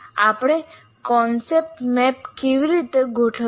આપણે કોન્સેપ્ટ મેપને કેવી રીતે ગોઠવીએ